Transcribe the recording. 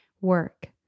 work